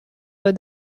were